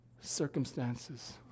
circumstances